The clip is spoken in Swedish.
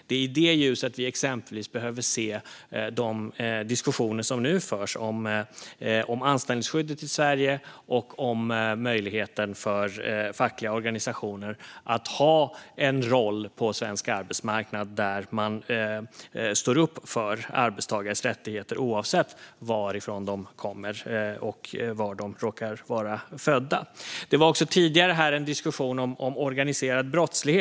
Det är i det ljuset vi behöver se exempelvis de diskussioner som nu förs om anställningsskyddet i Sverige och om möjligheten för fackliga organisationer att ha en roll på svensk arbetsmarknad där de kan stå upp för arbetstagares rättigheter oavsett varifrån människor kommer och var de råkar vara födda. Tidigare fördes här en diskussion om organiserad brottslighet.